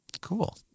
Cool